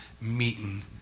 meeting